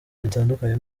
bitandukanye